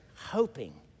hoping